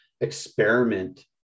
experiment